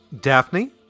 daphne